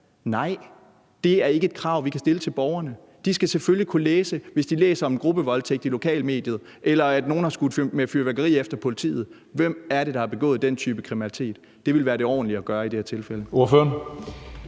Nej, det er ikke et krav, vi kan stille til borgerne. De skal selvfølgelig kunne læse, hvis de læser om en gruppevoldtægt i lokalmediet eller om, at nogle har skudt med fyrværkeri efter politiet, hvem det er, der har begået den type kriminalitet. Det vil være det ordentlige at gøre i det her tilfælde.